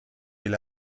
will